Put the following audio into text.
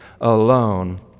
alone